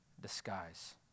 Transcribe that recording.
disguise